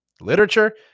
literature